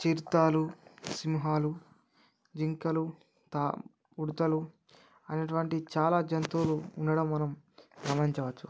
చిరుతలు సింహాలు జింకలు ఇంకా తా ఉడతలు అనేటటువంటి చాలా జంతువులు ఉండడం మనం గమనించవచ్చు